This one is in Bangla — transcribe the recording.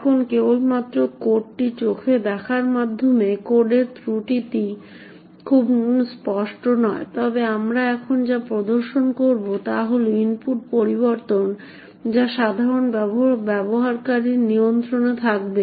এখন কেবলমাত্র কোডটি চোখে দেখার মাধ্যমে কোডের ত্রুটিটি খুব স্পষ্ট নয় তবে আমরা এখন যা প্রদর্শন করব তা হল ইনপুট পরিবর্তন যা সাধারণত ব্যবহারকারীর নিয়ন্ত্রণে থাকবে